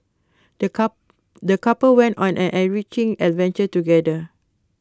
the cup the couple went on an enriching adventure together